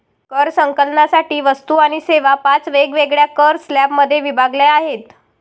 कर संकलनासाठी वस्तू आणि सेवा पाच वेगवेगळ्या कर स्लॅबमध्ये विभागल्या आहेत